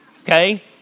Okay